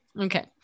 Okay